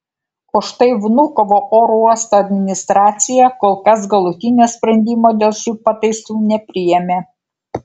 o štai vnukovo oro uosto administracija kol kas galutinio sprendimo dėl šių pataisų nepriėmė